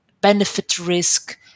benefit-risk